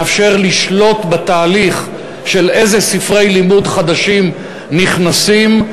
מאפשר לשלוט בתהליך של איזה ספרי לימוד חדשים נכנסים,